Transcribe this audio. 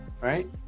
right